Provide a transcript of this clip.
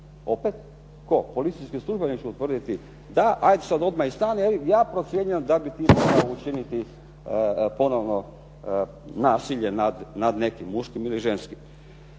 Opet tko? Policijski službenik će utvrditi, da, hajde sad odmah iz stana, ja procjenjujem da li bi ti mogao učiniti ponovno nasilje nad nekim muškim ili ženskim.